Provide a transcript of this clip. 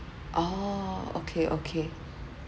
orh okay okay